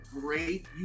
Great